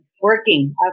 working